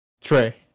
Trey